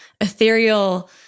ethereal